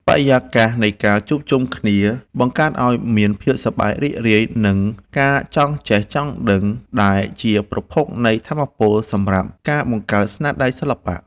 បរិយាកាសនៃការជួបជុំគ្នាបង្កើតឱ្យមានភាពសប្បាយរីករាយ និង ការចង់ចេះចង់ដឹងដែលជាប្រភពនៃថាមពលសម្រាប់ការបង្កើតស្នាដៃសិល្បៈ។